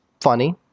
funny